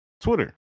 Twitter